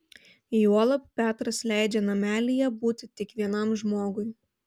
juolab petras leidžia namelyje būti tik vienam žmogui